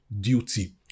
duty